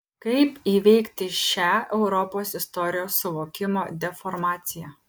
kaip įveikti šią europos istorijos suvokimo deformaciją